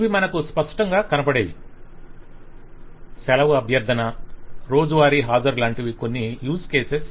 ఇవి మనకు స్పష్టంగా కనపడేవి సెలవు అభ్యర్థన రోజువారీ హాజరు లాంటివి కొన్ని యూజ్ కేసెస్